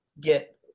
get